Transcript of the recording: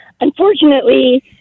Unfortunately